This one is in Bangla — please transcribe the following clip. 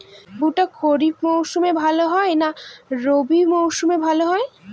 ভুট্টা খরিফ মৌসুমে ভাল হয় না রবি মৌসুমে ভাল হয়?